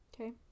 Okay